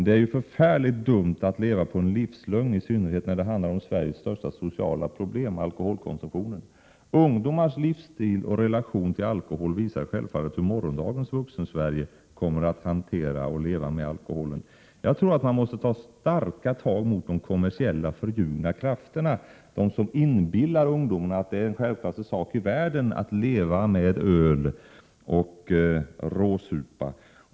Det är ju förfärligt dumt att leva på en livslögn, i synnerhet när det handlar om Sveriges största sociala problem, nämligen alkoholkonsumtionen. Ungdomars livsstil och relation till alkohol visar självfallet hur morgondagens Vuxensverige kommer att hantera och leva med alkoholen. Jag tror att man måste ta starka tag mot de kommersiella och förljugna krafterna, de som inbillar ungdomarna att det är den mest självklara saken i världen att leva med öl och att råsupa.